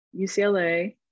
ucla